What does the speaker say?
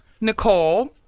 Nicole